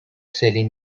selling